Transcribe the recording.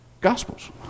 Gospels